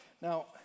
Now